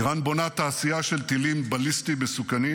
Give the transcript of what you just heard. איראן בונה תעשייה של טילים בליסטיים מסוכנים.